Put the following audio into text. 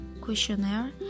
questionnaire